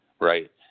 right